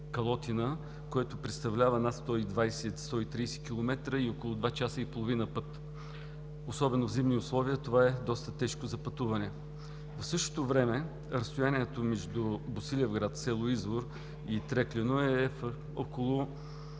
„Калотина“, което представлява над 120 – 130 км и е на около два часа и половина път. Особено в зимни условия е доста тежко за пътуване. В същото време разстоянието между Босилеград, село Извор и Трекляно е между